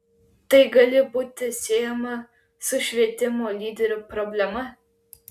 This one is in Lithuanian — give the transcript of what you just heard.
tai gali būti siejama su švietimo lyderių problema